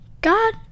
God